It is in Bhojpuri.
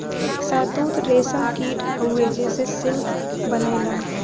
शहतूत रेशम कीट हउवे जेसे सिल्क बनेला